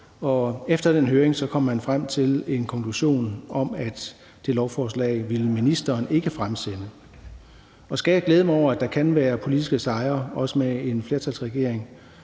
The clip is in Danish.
Efter den høring kom man frem til en konklusion om, at det lovforslag ville ministeren ikke fremsætte. Og hvis jeg skal glæde mig over, at der kan være politiske sejre også med en flertalsregering,